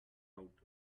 out